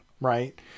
right